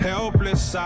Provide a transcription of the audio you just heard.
Helpless